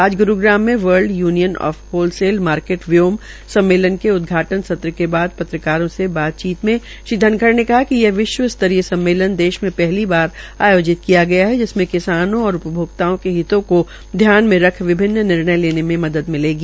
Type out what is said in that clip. आज गुरूग्राम में world union of wholesale market व्योग सम्मेलन के उदघाटन सत्र के बाद पत्रकारों से बातचीत में श्री धनखड़ ने कहा कि यह विश्व स्तरीय सम्मेलन देश में पहली बार आयोजित किया गया है जिसमें किसानों और उपभोक्ताओं के हितों को घ्यान में रख विभिन्न निर्णय लेने में मदद मिलेगी